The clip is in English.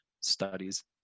studies